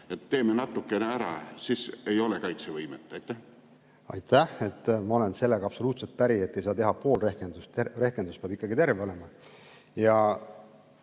teeme natukene ära, sest siis ei ole kaitsevõimet. Aitäh! Ma olen sellega absoluutselt päri, et ei saa teha poolt rehkendust. Rehkendus peab ikkagi terve olema.